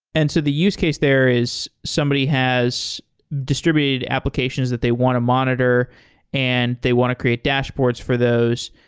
and so the use case there is somebody has distributed applications that they want to monitor and they want to create dashboards for those.